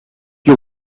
you